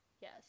Yes